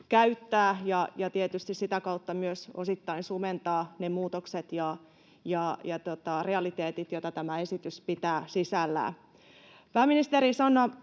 käyttää ja tietysti sitä kautta myös osittain sumentaa ne muutokset ja realiteetit, joita tämä esitys pitää sisällään. Pääministeri Sanna